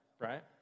right